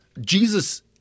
Jesus